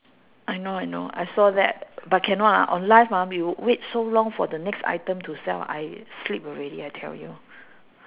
I know I know I saw that but cannot lah on live ah we will wait so long for the next item to sell I sleep already I tell you